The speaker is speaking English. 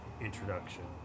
introduction